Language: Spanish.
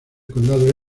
condado